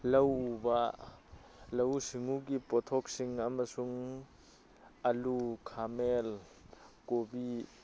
ꯂꯧ ꯎꯕ ꯂꯧꯎ ꯁꯤꯡꯎꯒꯤ ꯄꯣꯠꯊꯣꯛꯁꯤꯡ ꯑꯃꯁꯨꯡ ꯑꯂꯨ ꯈꯥꯃꯦꯟ ꯀꯣꯕꯤ